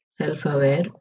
self-aware